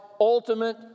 ultimate